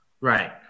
Right